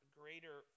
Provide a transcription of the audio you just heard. greater